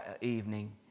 evening